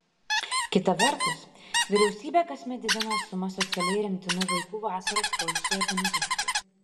kita vertus vyriausybė kasmet didina sumas socialiai remtinų vaikų vasaros poilsiui organizuoti